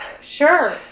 Sure